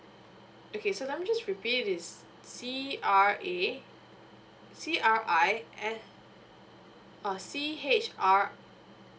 okay so let me just repeat if it's c r a c r i uh c h r